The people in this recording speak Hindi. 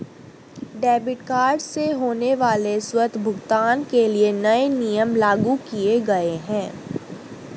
डेबिट कार्ड से होने वाले स्वतः भुगतान के लिए नए नियम लागू किये गए है